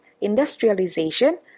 industrialization